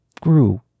grew